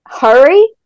hurry